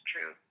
true